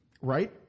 Right